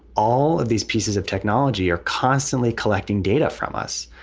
all of these pieces of technology are constantly collecting data from us.